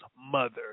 mother